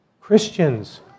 Christians